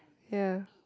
ya